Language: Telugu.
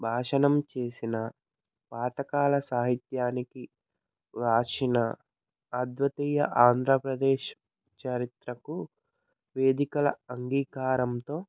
భాషణం చేసిన బాటకాల సాహిత్యానికి రాసిన అద్వితీయ ఆంధ్రప్రదేశ్ చారిత్రకు వేదికల అంగీకారంతో